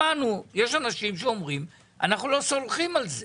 שמענו, יש אנשים שאומרים, אנחנו לא סולחים על זה